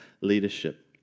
leadership